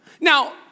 Now